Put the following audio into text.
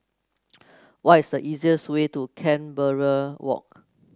what is the easiest way to Canberra Walk